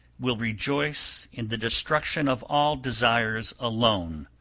will rejoice in the destruction of all desires alone,